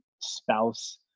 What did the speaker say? spouse